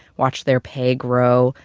watch their pay grow.